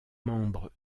membre